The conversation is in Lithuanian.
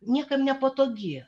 niekam nepatogi